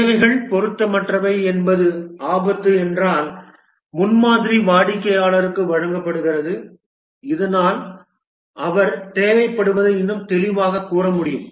தேவைகள் பொருத்தமற்றவை என்பது ஆபத்து என்றால் முன்மாதிரி வாடிக்கையாளருக்கு வழங்கப்படுகிறது இதனால் அவர் தேவைப்படுவதை இன்னும் தெளிவாகக் கூற முடியும்